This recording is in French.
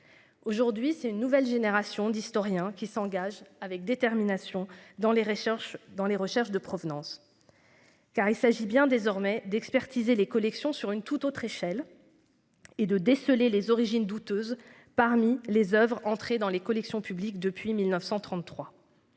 Aujourd'hui c'est une nouvelle génération d'historiens qui s'engage avec détermination dans les recherches dans les recherches de provenance. Car il s'agit bien désormais d'expertiser les collections sur une toute autre échelle. Et de déceler les origines douteuses parmi les Oeuvres entrer dans les collections publiques depuis 1933.